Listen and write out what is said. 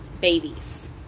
babies